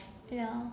ya